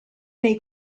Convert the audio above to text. nei